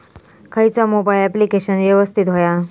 खयचा mobile application यवस्तित होया?